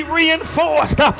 reinforced